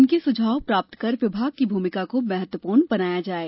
उनके सुझाव प्राप्त कर विभाग की भूमिका को महत्वपूर्ण बनाया जाये